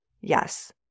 yes